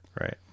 right